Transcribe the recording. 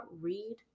read